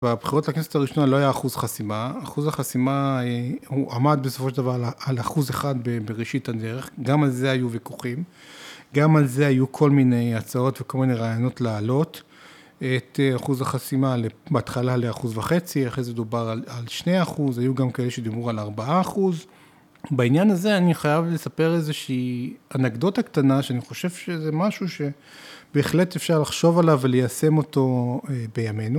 בבחירות לכנסת הראשונה לא היה אחוז חסימה. אחוז החסימה עמד בסופו של דבר על אחוז אחד בראשית הדרך, גם על זה היו ויכוחים, גם על זה היו כל מיני הצעות וכל מיני רעיונות להעלות את אחוז החסימה, בהתחלה לאחוז וחצי, אחרי זה דובר על שני אחוז, היו גם כאלה שדיברו על ארבעה אחוז. בעניין הזה אני חייב לספר איזושהי אנקדוטה קטנה שאני חושב שזה משהו שבהחלט אפשר לחשוב עליו וליישם אותו בימינו.